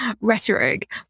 rhetoric